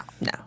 No